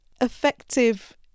effective